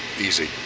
Easy